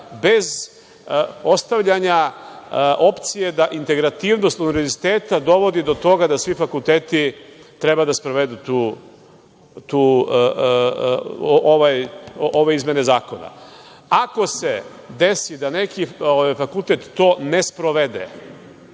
bez ostavljanja opcije da integrativnost univerziteta dovodi do toga da svi fakulteti treba da sprovedu ove izmene zakona. Ako se desi da neki fakultet to ne sprovede,